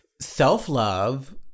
self-love